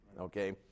okay